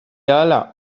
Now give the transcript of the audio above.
ahala